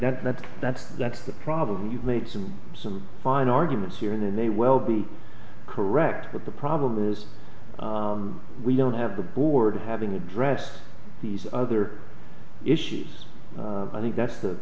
that's that's that's that's the problem you make some some fine arguments here and there may well be correct but the problem is we don't have the board having addressed these other issues i think that's the